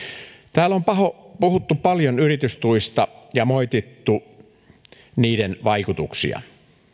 täällä on puhuttu paljon yritystuista ja moitittu niiden vaikutuksia